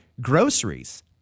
groceries